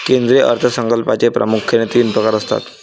केंद्रीय अर्थ संकल्पाचे प्रामुख्याने तीन प्रकार असतात